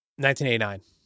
1989